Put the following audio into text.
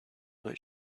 what